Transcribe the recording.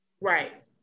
Right